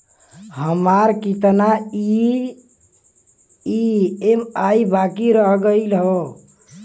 हमार कितना ई ई.एम.आई बाकी रह गइल हौ?